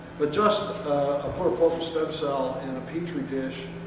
but just a pluripotent stem cell in a petri dish,